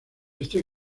este